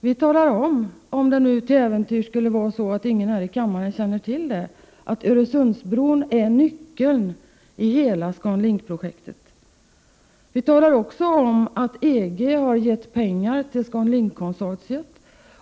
Vi talar om, ifall det till äventyrs skulle vara så att någon här i kammaren inte känner till det, att Öresundsbron är nyckeln i hela ScanLink-projektet. Vi talar vidare om att EG har gett pengar till ScanLink-konsortiet.